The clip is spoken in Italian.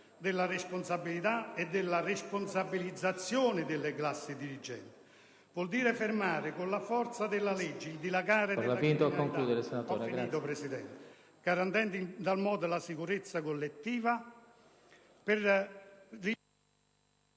della responsabilità e della responsabilizzazione della classe dirigente; vuol dire fermare con la forza della legge il dilagare della criminalità, garantendo in tal modo la sicurezza collettiva e